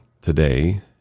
today